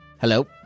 Hello